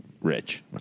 rich